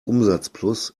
umsatzplus